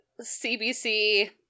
CBC